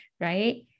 right